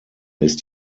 ist